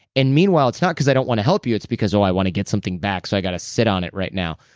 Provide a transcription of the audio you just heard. and meanwhile, it's not because i don't want to help you. it's because, oh, i want to get something back, so i've got to sit on it right now.